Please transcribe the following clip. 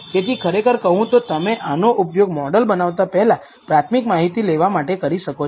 તેથી ખરેખર કહું તો તમે આનો ઉપયોગ મોડલ બનાવતા પહેલા પ્રાથમિક માહિતી લેવા માટે કરી શકો છો